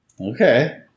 Okay